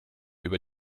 über